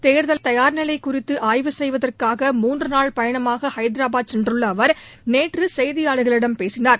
தேர்தல் தயார்நிலை குறித்து ஆய்வு செய்வதற்காக மூன்று நாள் பயணமாக ஹைதராபாத் சென்றுள்ள அவர் நேற்று செய்தியாளர்களிடம் பேசினார்